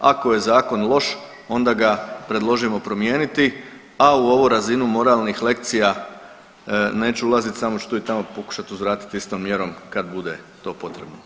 Ako je zakon loš onda ga predložimo promijeniti, a u ovu razinu moralnih lekcija neću ulaziti samo ću tu i tamo pokušati istom mjerom kad bude to potrebno.